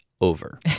over